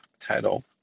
title